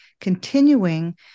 continuing